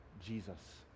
Jesus